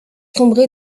sombré